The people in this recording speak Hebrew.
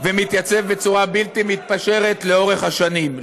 ומתייצב בצורה בלתי מתפשרת לאורך השנים,